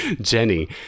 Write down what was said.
Jenny